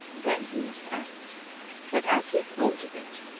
then he must act but as he thought of it,